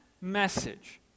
message